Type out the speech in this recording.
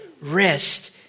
rest